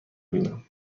ببینم